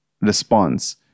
response